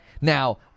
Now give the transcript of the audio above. Now